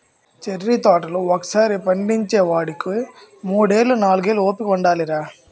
cherry తోటలు ఒకసారి పండించేవోడికి మూడేళ్ళు, నాలుగేళ్ళు ఓపిక ఉండాలిరా